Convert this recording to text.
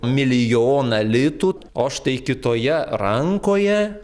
milijoną litų o štai kitoje rankoje